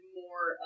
more